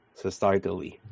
societally